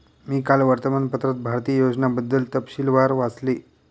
मी काल वर्तमानपत्रात भारतीय योजनांबद्दल तपशीलवार वाचले